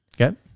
okay